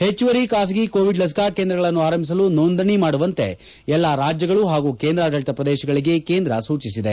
ಹೆಚ್ಚುವರಿ ಬಾಸಗಿ ಕೋವಿಡ್ ಲಸಿಕಾ ಕೇಂದ್ರಗಳನ್ನು ಆರಂಭಿಸಲು ನೋಂದಣಿ ಮಾಡುವಂತೆ ಎಲ್ಲಾ ರಾಜ್ಯಗಳು ಹಾಗೂ ಕೇಂದ್ರಾಡಳಿತ ಪ್ರದೇಶಗಳಿಗೆ ಕೇಂದ್ರ ಸೂಚಿಸಿದೆ